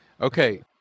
Okay